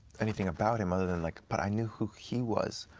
anything about him other than like, but i knew who he was.